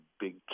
big